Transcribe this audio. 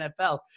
NFL